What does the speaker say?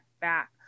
back